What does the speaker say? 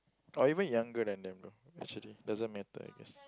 or even younger than them though actually doesn't matter I guess